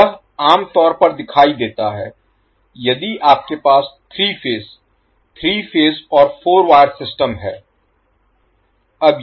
तो यह आम तौर पर दिखाई देता है यदि आपके पास 3 फेज 3 फेज और 4 वायर सिस्टम हैं